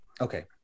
Okay